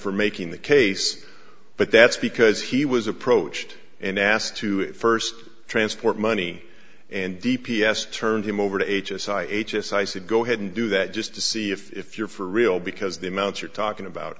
for making the case but that's because he was approached and asked to first transport money and d p s turned him over to h s i h s i said go ahead and do that just to see if you're for real because the amounts you're talking about